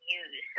use